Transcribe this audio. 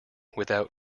without